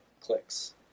clicks